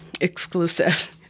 exclusive